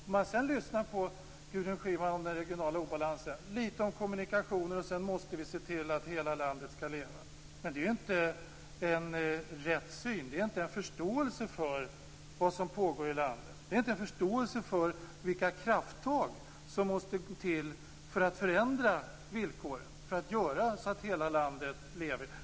Om man sedan lyssnar på Gudrun Schyman i fråga om den regionala obalansen säger hon lite om kommunikationer och om att vi måste se till att hela landet skall leva. Men det är inte en riktig syn. Det är inte en förståelse för vad som pågår i landet. Det är inte en förståelse för vilka krafttag som måste till för att förändra villkoren och göra så att hela landet lever.